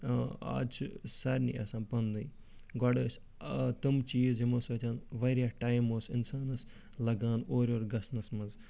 آز چھُ سارنی آسان پنٛنُے گۄڈٕ ٲسۍ تِم چیٖز یِمو سۭتۍ واریاہ ٹایم اوس اِنسانَس لَگان اورٕ یورٕ گَژھنَس مَنٛز